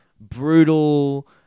brutal